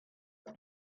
they